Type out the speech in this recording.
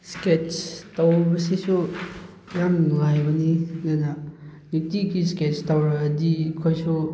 ꯏꯁꯀꯦꯠꯁ ꯇꯧꯕꯁꯤꯁꯨ ꯌꯥꯝ ꯅꯨꯡꯉꯥꯏꯕꯅꯤ ꯑꯗꯨꯅ ꯅꯨꯡꯇꯤꯒꯤ ꯏꯁꯀꯦꯠꯁ ꯇꯧꯔꯛꯑꯗꯤ ꯑꯩꯈꯣꯏꯁꯨ